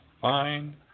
fine